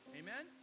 amen